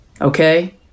okay